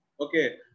okay